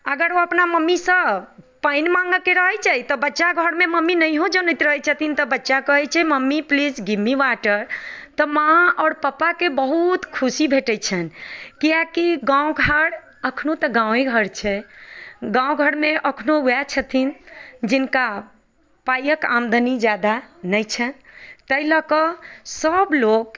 अगर ओ अपना मम्मीसँ पानि माँगयके रहैत छै तऽ बच्चा घरमे मम्मी नहिओ जनैत रहैत छथिन तऽ बच्चा कहैत छै mummy please give me water तऽ माँ आओर पप्पाके बहुत खुशी भेटैत छैन्ह कियाकि गाँव घर एखनहु तऽ गाँवे घर छै गाँव घरमे एखनो उएह छथिन जिनका पाइक आमदनी ज्यादा नहि छैन्ह ताहि लऽ कऽ सभलोक